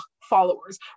followers